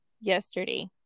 yesterday